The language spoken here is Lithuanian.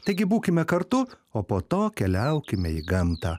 taigi būkime kartu o po to keliaukime į gamtą